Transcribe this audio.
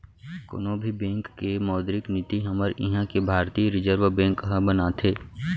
कोनो भी बेंक के मौद्रिक नीति हमर इहाँ के भारतीय रिर्जव बेंक ह बनाथे